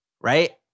right